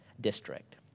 district